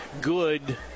good